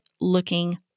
looking